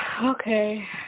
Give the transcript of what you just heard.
Okay